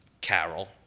Carol